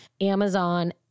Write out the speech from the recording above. Amazon